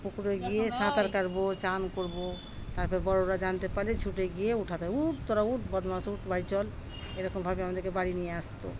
পুকুরে গিয়ে সাঁতার কাটবো চান করবো তারপর বড়োরা জানতে পারলে ছুটে গিয়ে উঠাতে ওঠ তোরা ওঠ বদমাস ওঠ বাড়ি চল এরকমভাবে আমাদেরকে বাড়ি নিয়ে আসতো